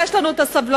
יש לנו סבלנות,